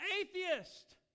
atheist